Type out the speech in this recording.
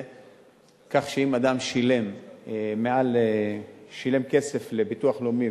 כך שאם אדם שילם כסף לביטוח לאומי,